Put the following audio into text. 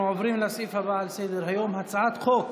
אנחנו עוברים לסעיף הבא על סדר-היום: הצעת חוק